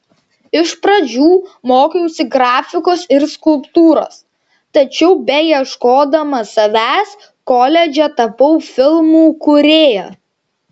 iš pradžių mokiausi grafikos ir skulptūros tačiau beieškodama savęs koledže tapau filmų kūrėja